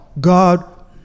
God